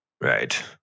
Right